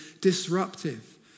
disruptive